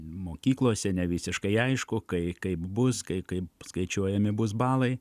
mokyklose nevisiškai aišku kai kaip bus kai kaip skaičiuojami bus balai